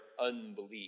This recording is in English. unbelief